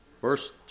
Verse